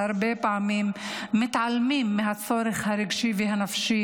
הרבה פעמים מתעלמים מהצורך הרגשי והנפשי